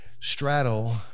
straddle